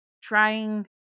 trying